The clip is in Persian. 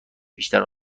بیشتر